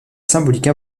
symbolique